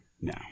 now